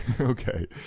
Okay